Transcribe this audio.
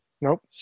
Nope